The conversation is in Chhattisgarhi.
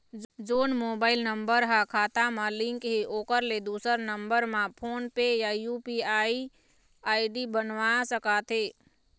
जोन मोबाइल नम्बर हा खाता मा लिन्क हे ओकर ले दुसर नंबर मा फोन पे या यू.पी.आई आई.डी बनवाए सका थे?